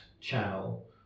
channel